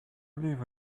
live